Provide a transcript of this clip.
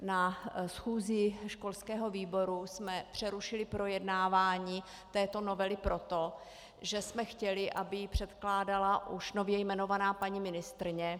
Na schůzi školského výboru jsme přerušili projednávání této novely proto, že jsme chtěli, aby ji předkládala už nově jmenovaná paní ministryně.